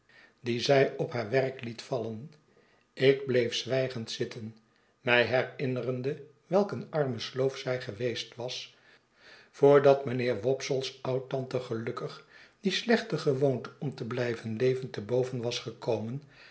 dien zij op haar werk liet vallen ik bleef zwijgend zitten mij herinnerende welk een arme sloof zij geweest was voordat mijnheer wopsle's oudtante gelukkig die slechte gewoonte om te blijven leven te boven was gekomen